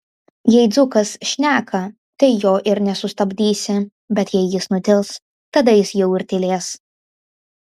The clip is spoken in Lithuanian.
jei dzūkas šneka tai jo ir nesustabdysi bet jei jis nutils tada jis jau ir tylės